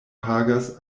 pagas